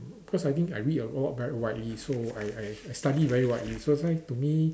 cause I think I read a lot very widely so I I study very widely so that's why to me